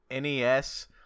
NES